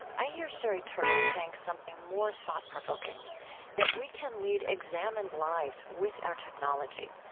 i hear sherry turkle saying something more thought-provoking that we can lead examined lives with our technology.